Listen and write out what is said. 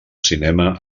cinema